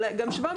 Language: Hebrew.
אבל גם 700,